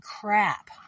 crap